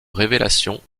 révélation